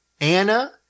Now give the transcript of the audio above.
Anna